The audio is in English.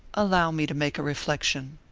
allow me to make a reflection.